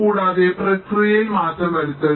കൂടാതെ പ്രക്രിയയിൽ മാറ്റം വരുത്തരുത്